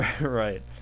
Right